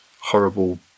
horrible